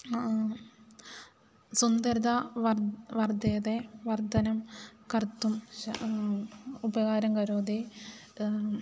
सुन्दरतां वर्ध वर्धते वर्धनं कर्तुं उपकारं गरोति